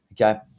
Okay